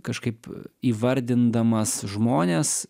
kažkaip įvardindamas žmones